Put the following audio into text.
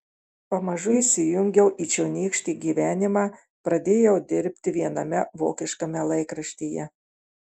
pamažu įsijungiau į čionykštį gyvenimą pradėjau dirbti viename vokiškame laikraštyje